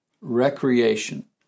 recreation